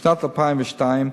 בשנת 2002,